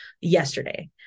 yesterday